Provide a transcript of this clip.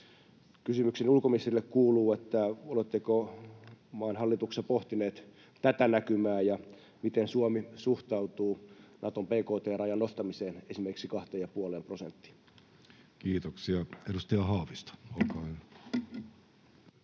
Kysymykseni ulkoministerille kuuluu: oletteko maan hallituksessa pohtineet tätä näkymää, ja miten Suomi suhtautuu Naton bkt-rajan nostamiseen esimerkiksi kahteen ja puoleen prosenttiin? Kiitoksia. — Edustaja Haavisto, olkaa hyvä.